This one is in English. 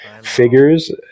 figures